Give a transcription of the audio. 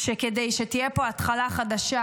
שכדי שתהיה פה התחלה חדשה,